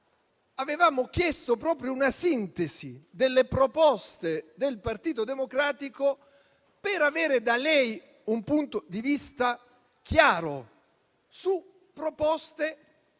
avevamo chiesto proprio una sintesi delle proposte del Partito Democratico per avere da lei un punto di vista chiaro su proposte